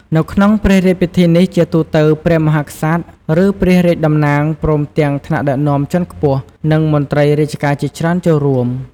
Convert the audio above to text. នៅក្នុងព្រះរាជពិធីនេះ ជាទូទៅ ព្រះមហាក្សត្រ ឬ ព្រះរាជតំណាង ព្រមទាំងថ្នាក់ដឹកនាំជាន់ខ្ពស់ និងមន្ត្រីរាជការជាច្រើនចូលរួម។